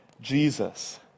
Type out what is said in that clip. Jesus